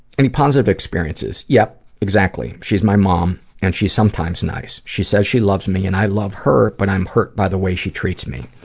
any positive experiences. yup exactly she's my mom and she is sometimes nice. she says she loves me and i love her but i'm hurt by the way she treats me.